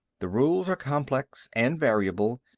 the rules are complex and variable,